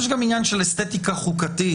יש גם עניין של אסתטיקה חוקתית.